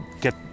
get